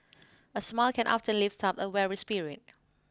a smile can often lift up a weary spirit